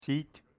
Seat